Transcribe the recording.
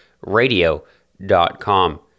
radio.com